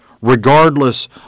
Regardless